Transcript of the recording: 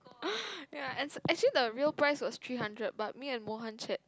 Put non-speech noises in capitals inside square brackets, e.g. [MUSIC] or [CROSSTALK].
[LAUGHS] ya and actually the real price was three hundred but me and Mohan shared